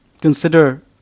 consider